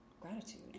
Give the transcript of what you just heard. gratitude